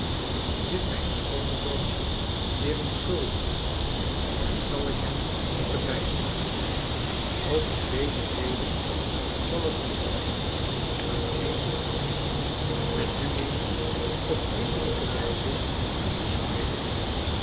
zit mijn schoonzoon weer in schulden en zal ik hem moeten bijspringen ook om deze reden zal het goed zijn er eens heen te gaan en hem eens op vriendelijke wijze toe te spreken